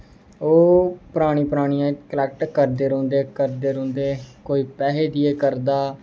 ओह् परानी परानियां कलेक्ट करदे रौहंदे करदे रौहंदे कोई पैसे गितै करदा